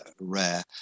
rare